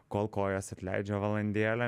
kol kojas atleidžia valandėlė